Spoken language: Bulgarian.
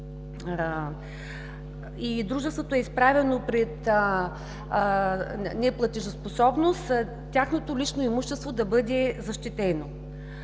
дружеството е изправено пред неплатежоспособност, тяхното лично имущество да бъде защитено.